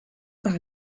par